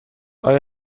آیا